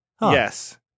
yes